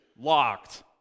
Locked